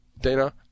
Dana